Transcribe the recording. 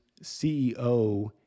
CEO